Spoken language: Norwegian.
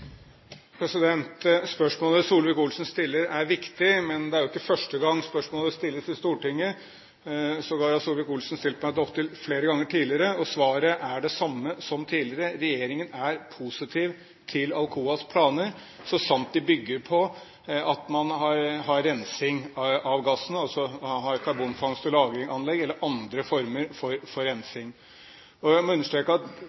Spørsmålet Solvik-Olsen stiller, er viktig, men det er jo ikke første gang spørsmålet stilles i Stortinget. Sågar har Solvik-Olsen stilt meg det opptil flere ganger tidligere, og svaret er det samme som tidligere: Regjeringen er positiv til Alcoas planer så sant de bygger på at man har rensing av gassen, altså har karbonfangst og lagringsanlegg eller andre former for rensing. Jeg vil understreke at